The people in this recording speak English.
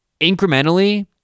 incrementally